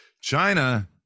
China